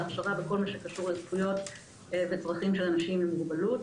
הכשרה וכל מה שקשור בזכויות וצרכים של אנשים עם מוגבלות.